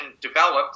developed